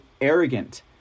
arrogant